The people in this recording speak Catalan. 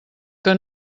que